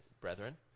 brethren